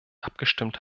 abgestimmt